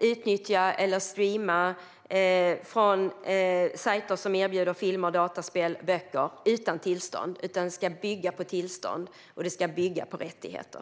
utnyttja eller streama från sajter som erbjuder filmer, dataspel och böcker utan tillstånd. Det ska bygga på tillstånd och på rättigheter.